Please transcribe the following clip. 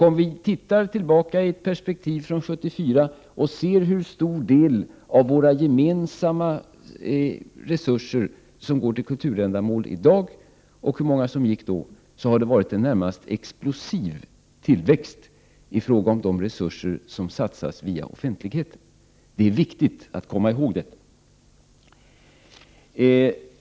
Om vi ser tillbaka i ett perspektiv från 1974 och ser hur stor del av våra gemensamma resurser som går till kulturändamål i dag jämfört med då, finner vi att det har varit en närmast explosiv tillväxt i fråga om de resurser som satsas via offentligheten. Det är viktigt att komma ihåg detta.